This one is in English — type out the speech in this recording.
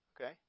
Okay